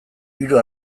hiru